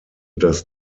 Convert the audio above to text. das